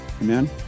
Amen